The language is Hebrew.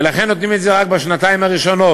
ולכן נותנים את זה רק בשנתיים הראשונות.